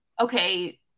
okay